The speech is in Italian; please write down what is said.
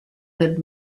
per